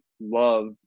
love